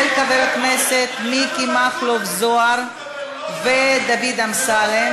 של חברי הכנסת מכלוף מיקי זוהר ודוד אמסלם.